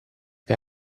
che